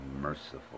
merciful